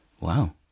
Wow